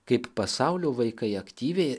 kaip pasaulio vaikai aktyviai